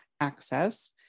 access